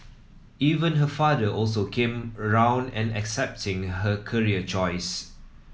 even her father also came round and accepting her career choice